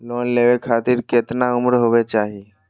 Loan लेवे खातिर केतना उम्र होवे चाही?